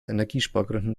energiespargründen